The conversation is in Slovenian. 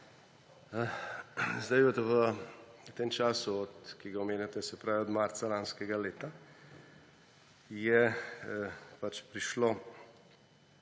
vprašanje. V tem času, ki ga omenjate, se pravi od marca lanskega leta, je prišlo,